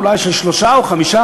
אולי של 3% או 5%,